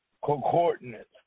coordinates